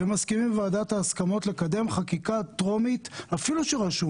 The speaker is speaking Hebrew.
ומסכימים בוועדת ההסכמות לקדם חקיקה טרומית אפילו שהוא רשום